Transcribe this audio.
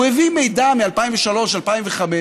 הוא הביא מידע מ-2003, 2005,